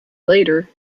later